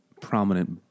prominent